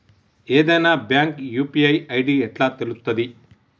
ఏదైనా bank UPI ID ఎట్లా తెలుత్తది?